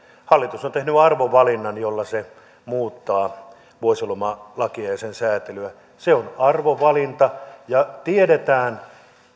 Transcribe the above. hallitus on tehnyt arvovalinnan jolla se muuttaa vuosilomalakia ja sen säätelyä se on arvovalinta ja tiedetään